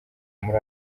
muri